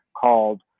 called